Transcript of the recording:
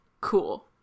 Cool